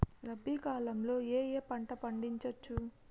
రబీ కాలంలో ఏ ఏ పంట పండించచ్చు?